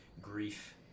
grief